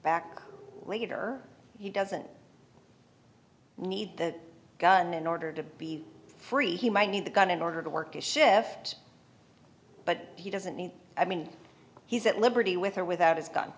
back later he doesn't need the gun in order to be free he might need the gun in order to work a shift but he doesn't need i mean he's at liberty with or without his